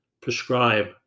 prescribe